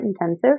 intensive